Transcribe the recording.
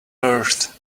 earth